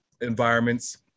environments